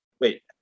Wait